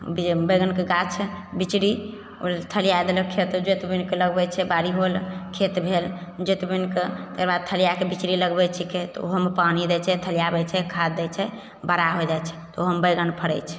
बैगनके गाछ बिचड़ी ओ जे थलिया देलक खेत जोति बुनिकऽ लगबै छैऽ बाड़ी होल खेत भेल जोति बुनिकऽ ओकरबाद थलियाकऽ बिचड़ी लगबै छिकै तऽ ओहोमे पानि दै छै थलियाबै छै खाद दै छै बड़ा होइ जाइत छै ओहोमे बैगन फड़ैत छै